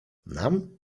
nam